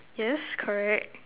yes correct